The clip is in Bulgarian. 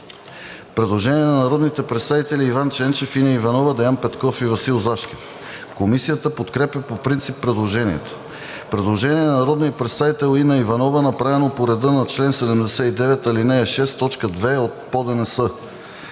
предложение на народните представители Иван Ченчев, Инна Иванова, Деян Петков и Васил Зашкев. Комисията подкрепя по принцип предложението. Предложение на народния представител Инна Иванова, направено по реда на чл. 79, ал. 6, т. 2 от ПОДНС.